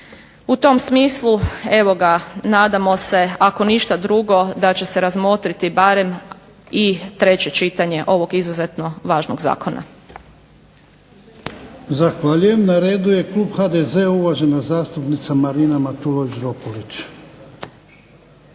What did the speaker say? U tom smislu evo ga nadamo se ako ništa drugo da će se razmotriti barem i treće čitanje ovog izuzetno važnog zakona. **Jarnjak, Ivan (HDZ)** Zahvaljujem. Na redu je klub HDZ-a, uvažena zastupnica Marina Matulović Dropulić.